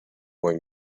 boy